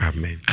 Amen